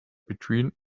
between